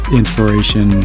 inspiration